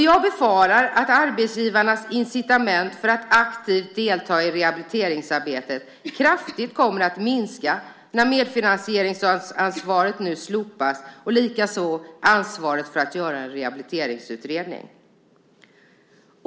Jag befarar att arbetsgivarnas incitament för att aktivt delta i rehabiliteringsarbetet kraftigt kommer att minska när medfinansieringsansvaret nu slopas och likaså ansvaret för att göra en rehabiliteringsutredning.